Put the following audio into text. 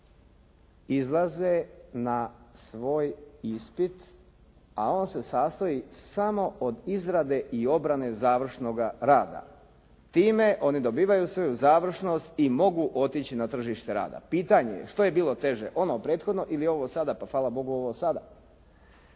izlaze na svoj ispit, a on se sastoji samo od izrade i obrane završnoga rada. Time oni dobivaju svoju završnost i mogu otići na tržište rada. Pitanje je što je bilo teže? Ono prethodno ili ovo sada, pa hvala Bogu ovo sada.